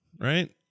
right